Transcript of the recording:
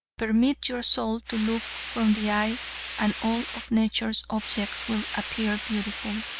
permit your soul to look from the eye and all of nature's objects will appear beautiful.